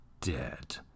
Dead